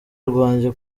rwanjye